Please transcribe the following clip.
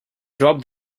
dropped